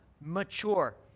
mature